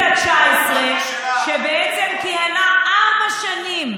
בכנסת התשע-עשרה, שבעצם כיהנה ארבע שנים,